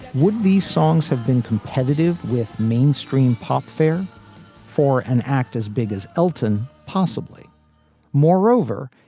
would these songs have been competitive with mainstream pop fare for an act as big as elton? possibly moreover,